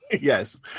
Yes